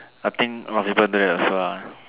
I think most people there as well ah